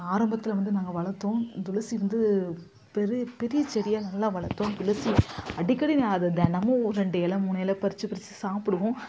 ஆரம்பத்தில் வந்து நாங்கள் வளர்த்தோம் துளசி வந்து பெரு பெரிய செடியாக நல்லா வளர்த்தோம் துளசி அடிக்கடி நான் அதை தினமும் ரெண்டு எலை மூணு எலை பறித்து பறித்து சாப்பிடுவோம்